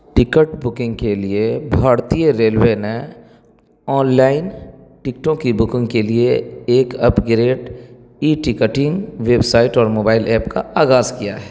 ticket booking کے لیے بھارتیہ ریلوے نے آن لائن ٹکٹوں کی بکنگ کے لیے ایک upgrade e ticketing website اور موبائل ایپ کا آغاز کیا ہے